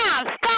Stop